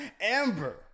Amber